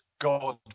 God